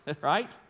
right